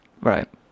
Right